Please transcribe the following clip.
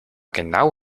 genau